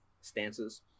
stances